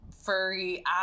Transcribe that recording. furry